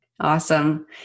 Awesome